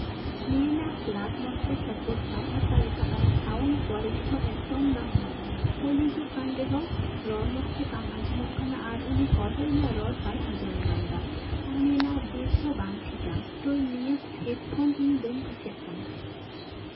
ᱱᱤᱭᱟᱹ ᱨᱮᱱᱟᱜ ᱯᱞᱟᱜ ᱢᱚᱸᱡᱽ ᱛᱮ ᱥᱟᱯᱳᱨᱴ ᱵᱟᱭ ᱦᱟᱛᱟᱣᱮᱫᱟ ᱟᱨ ᱥᱟᱣᱩᱱᱰ ᱠᱳᱣᱟᱞᱤᱴᱤ ᱦᱚᱸ ᱮᱠᱫᱚᱢ ᱵᱟᱝ ᱢᱚᱸᱡᱽᱼᱟ ᱯᱷᱳᱱ ᱦᱤᱡᱩᱜ ᱠᱟᱱ ᱨᱮᱦᱚᱸ ᱨᱚᱲ ᱢᱚᱸᱡᱽ ᱛᱮ ᱵᱟᱝ ᱟᱧᱡᱚᱢᱚᱜ ᱠᱟᱱᱟ ᱟᱨ ᱩᱱᱤ ᱦᱚᱲ ᱦᱚᱸ ᱤᱧᱟᱹᱜ ᱨᱚᱲ ᱵᱟᱭ ᱟᱸᱡᱚᱢ ᱧᱟᱢ ᱮᱫᱟ ᱦᱟᱱᱮ ᱱᱟ ᱵᱮᱥ ᱦᱚᱸ ᱵᱟᱝ ᱴᱷᱤᱠᱼᱟ ᱛᱚ ᱱᱤᱭᱟᱹ ᱦᱮᱰᱯᱷᱳᱱ ᱵᱟᱹᱧ ᱠᱩᱥᱤᱭᱟᱜ ᱠᱟᱱᱟ